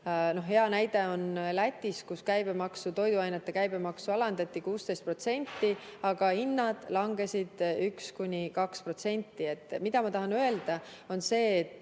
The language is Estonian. Hea näide on Läti, kus toiduainete käibemaksu alandati 16%, aga hinnad langesid 1–2%. Ma tahan öelda, et